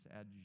add